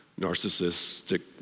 narcissistic